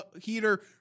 heater